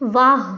वाह